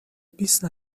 بیست